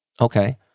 Okay